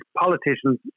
politicians